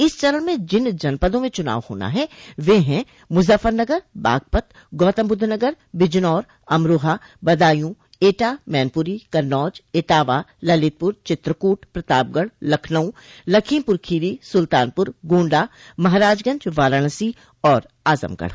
इस चरण में जिन जनपदों में चुनाव होना है वे है मुजफ्फरनगर बागपत गौतमबुद्ध नगर बिजनौर अमरोहा बदायूं एटा मैनपुरी कन्नौज इटावा ललितपुर चित्रकूट प्रतापगढ़ लखनऊ लखोमपुर खीरी सुल्तानपुर गोण्डा महराजगंज वाराणसी और आजमगढ़